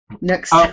Next